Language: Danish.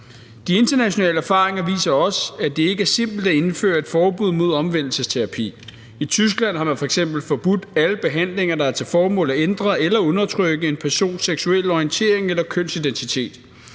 De internationale erfaringer viser også, at det ikke er simpelt at indføre et forbud mod omvendelsesterapi. I Tyskland har man f.eks. forbudt alle behandlinger, der har til formål at ændre eller undertrykke en persons seksuelle orientering eller kønsidentitet.